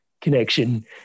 connection